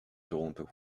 toronto